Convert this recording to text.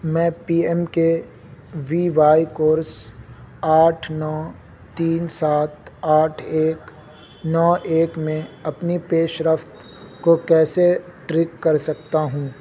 میں P M K V Y course آٹھ نو تین سات آٹھ ایک نو ایک میں اپنی پیشرفت کو کیسے ٹریک کر سکتا ہوں